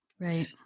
Right